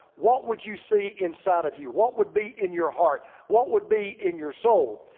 what would you see inside of you? what would be in your heart? what would be in your soul?